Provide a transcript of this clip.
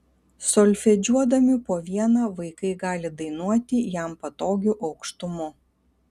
solfedžiuodami po vieną vaikai gali dainuoti jam patogiu aukštumu